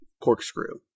corkscrew